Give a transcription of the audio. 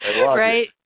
Right